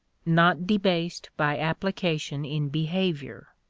not debased by application in behavior.